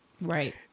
right